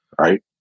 right